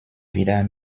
wieder